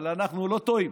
אבל אנחנו לא טועים,